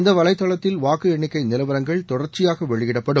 இந்த வலைதளத்தில் வாக்கு எண்ணிக்கை நிலவரங்கள் தொடர்ச்சியாக வெளியிடப்படும்